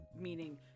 meaning